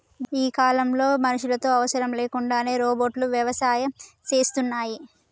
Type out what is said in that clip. గీ కాలంలో మనుషులతో అవసరం లేకుండానే రోబోట్లు వ్యవసాయం సేస్తున్నాయి